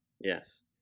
Yes